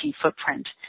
footprint